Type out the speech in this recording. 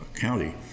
County